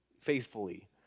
faithfully